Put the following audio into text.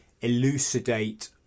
elucidate